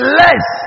less